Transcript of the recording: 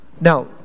now